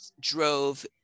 drove